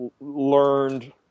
learned